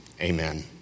amen